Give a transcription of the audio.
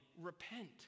repent